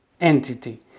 entity